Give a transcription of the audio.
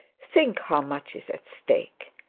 think how much is at stake.